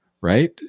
right